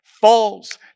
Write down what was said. falls